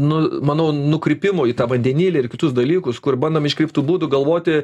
nu manau nukrypimų į tą vandenilį ir kitus dalykus kur bandom iškreiptu būdu galvoti